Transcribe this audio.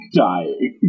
dying